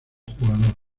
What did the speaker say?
jugador